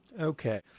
Okay